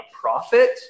profit